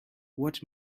what